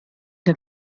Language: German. der